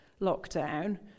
lockdown